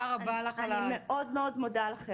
אני מאוד מאוד מודה לכם.